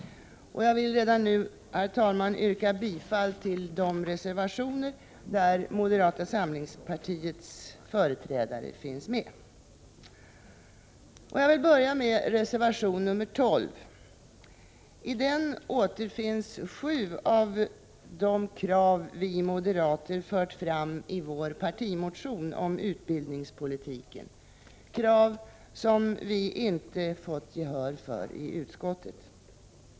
Jag vill redan nu, herr talman, yrka bifall till de reservationer där moderata samlingspartiets företrädare finns med. Jag börjar med reservation 12. I den återfinns sju av de krav som vi moderater har fört fram i vår partimotion om utbildningspolitiken, krav som vi inte har fått gehör för i utskottet.